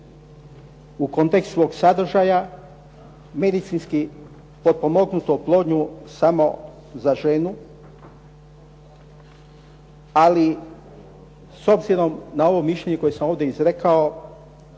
u kontekst svog sadržaja medicinski potpomognutu oplodnju samo za ženu, ali s obzirom na ovo mišljenje koje sam ovdje izrekao,